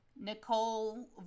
Nicole